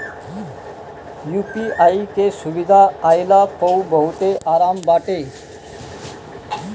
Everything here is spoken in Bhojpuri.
यू.पी.आई के सुविधा आईला पअ बहुते आराम बाटे